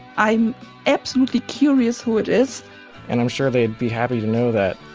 i'm absolutely curious who it is and i'm sure they'd be happy to know that.